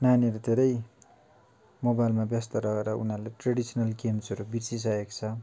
नानीहरू धेरै मोबाइलमा व्यस्त रहेर उनीहरूले ट्रेडिसनल गेम्सहरू बिर्सिसकेको छ